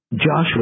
Joshua